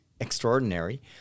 extraordinary